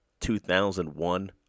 2001